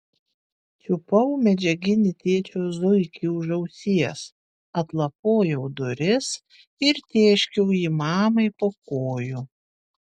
čiupau medžiaginį tėčio zuikį už ausies atlapojau duris ir tėškiau jį mamai po kojų